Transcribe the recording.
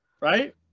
right